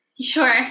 Sure